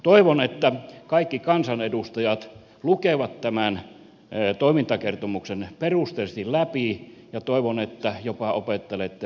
toivon että kaikki kansanedustajat lukevat tämän toimintakertomuksen perusteellisesti läpi ja toivon että jopa opettelette sen ulkoa